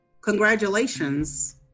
Congratulations